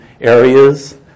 areas